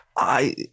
I-